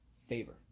favor